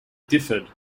differed